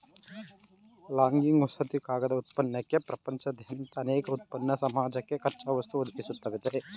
logging ವಸತಿ ಕಾಗದ ಉತ್ಪನ್ನಕ್ಕೆ ಪ್ರಪಂಚದಾದ್ಯಂತ ಅನೇಕ ಉತ್ಪನ್ನದ್ ಸಮಾಜಕ್ಕೆ ಕಚ್ಚಾವಸ್ತು ಒದಗಿಸ್ತದೆ